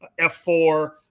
F4